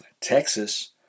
Texas